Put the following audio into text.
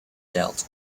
dealt